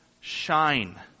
shine